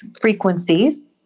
frequencies